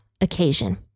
occasion